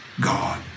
God